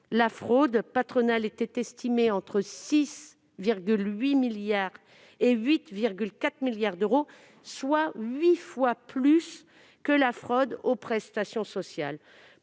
la fraude patronale était estimée entre 6,8 milliards et 8,4 milliards d'euros, soit huit fois plus que la fraude aux prestations sociales.